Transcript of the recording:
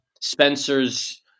Spencer's